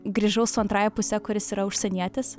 grįžau su antrąja puse kuris yra užsienietis